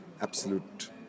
absolute